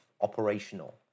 operational